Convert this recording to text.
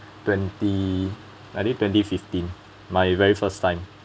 twenty I did twenty fifteen my very first time